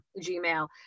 Gmail